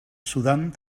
sudán